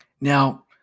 now